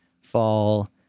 fall